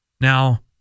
Now